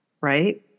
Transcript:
Right